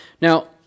Now